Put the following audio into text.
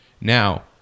Now